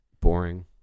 Boring